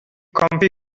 comfy